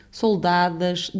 soldadas